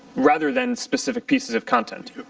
rather than specific pieces of content.